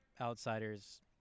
outsiders